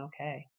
okay